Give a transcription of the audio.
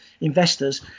investors